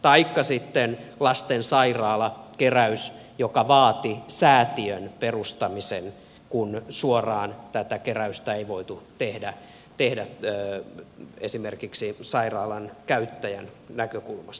taikka sitten lastensairaalakeräys joka vaati säätiön perustamisen kun suoraan tätä keräystä ei voitu tehdä esimerkiksi sairaalan käyttäjän näkökulmasta